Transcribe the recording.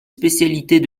spécialités